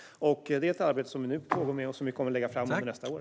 Vi arbetar med detta nu och kommer att lägga fram det nästa år.